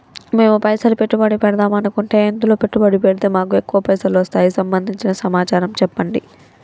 మేము పైసలు పెట్టుబడి పెడదాం అనుకుంటే ఎందులో పెట్టుబడి పెడితే మాకు ఎక్కువ పైసలు వస్తాయి సంబంధించిన సమాచారం చెప్పండి?